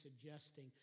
suggesting